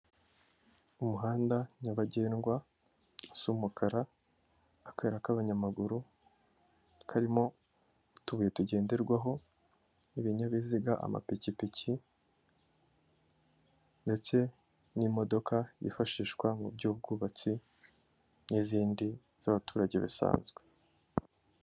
Umuhanda nyabagendwa usa umukara, akayira k'abanyamaguru karimo utubuye tugenderwaho, ibinyabiziga, amapikipiki ndetse n'imodoka yifashishwa mu by'ubwubatsi, n'izindi z'abaturage bisanzwe.